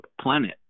planet